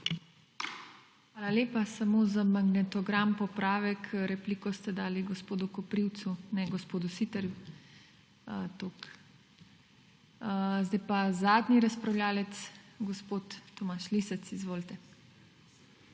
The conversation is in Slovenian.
Hvala lepa. Samo za magnetogram popravek, repliko ste dali gospodu Koprivcu ne gospodu Siterju. Toliko. Zdaj pa zadnji razpravljavec. Gospod Tomaž Lisec, izvolite.